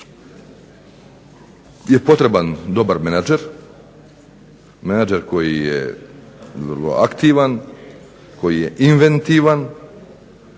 je potreban dobar menadžer, menadžer koji je aktivan, koji je inventivan